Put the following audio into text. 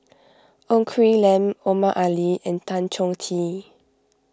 Ng Quee Lam Omar Ali and Tan Chong Tee